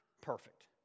perfect